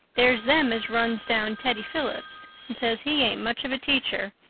there's them as runs down teddy phillips and says he ain't much of a teacher,